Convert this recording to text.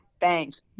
thanks